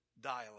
dialogue